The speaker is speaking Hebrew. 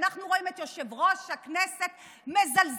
כשאנחנו רואים את יושב-ראש הכנסת מזלזל